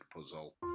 puzzle